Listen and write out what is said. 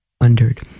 wondered